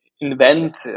invent